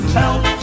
help